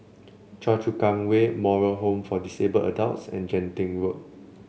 Choa Chu Kang Way Moral Home for Disabled Adults and Genting Road